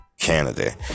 Canada